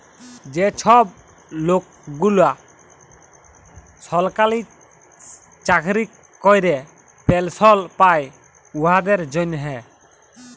যে ছব লকগুলা সরকারি চাকরি ক্যরে পেলশল পায় উয়াদের জ্যনহে